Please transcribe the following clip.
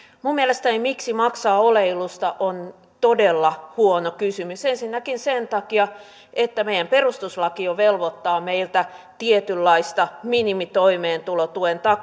minun mielestäni miksi maksaa oleilusta on todella huono kysymys ensinnäkin sen takia että meidän perustuslaki jo velvoittaa meiltä tietynlaista minimitoimeentulon